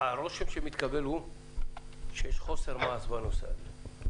הרשום שמתקבל הוא שיש חוסר מעש בנושא הזה.